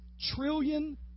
trillion